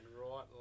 right